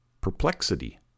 Perplexity